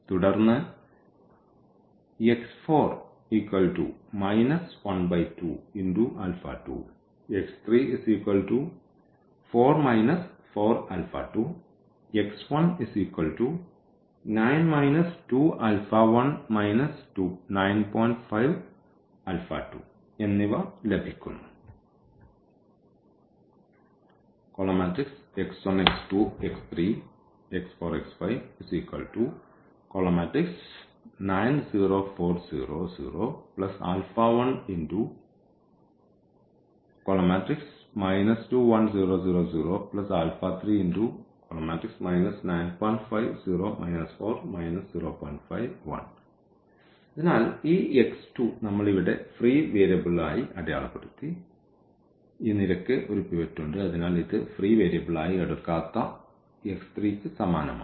തുടർന്ന് എന്നിവ ലഭിക്കുന്നു അതിനാൽ ഈ നമ്മൾ ഇവിടെ ഫ്രീ വേരിയബിളുകളായി അടയാളപ്പെടുത്തി ഈ നിരയ്ക്ക് ഒരു പിവറ്റ് ഉണ്ട് അതിനാൽ ഇത് ഫ്രീ വേരിയബിളായി എടുക്കാത്ത ന് സമാനമാണ്